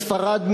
מספרד,